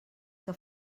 que